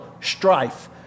strife